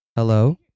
hello